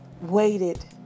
waited